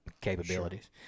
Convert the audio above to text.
capabilities